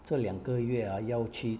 这两个月啊要去